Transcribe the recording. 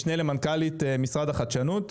משנה למנכ"לית משרד החדשנות,